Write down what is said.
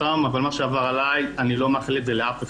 טראומטי אבל מה שעבר עליי אני לא מאחל את זה לאף אחד.